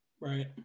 Right